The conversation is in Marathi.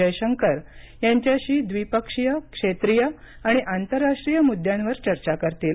जयशंकर यांच्याशी द्विपक्षीय क्षेत्रीय आणि आंतरराष्ट्रीय मुद्द्यांवर चर्चा करतील